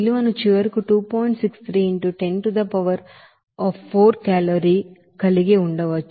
63 into 10 to the power of 4 calorie కలిగి ఉండవచ్చు